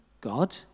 God